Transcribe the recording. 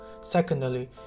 Secondly